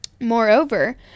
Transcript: Moreover